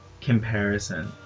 comparison